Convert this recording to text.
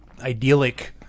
idyllic